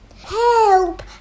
help